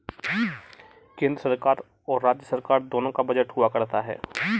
केन्द्र सरकार और राज्य सरकार दोनों का बजट हुआ करता है